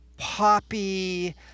poppy